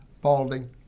Balding